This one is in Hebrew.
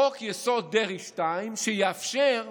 חוק-יסוד: דרעי 2, שיאפשר למנות,